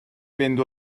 fynd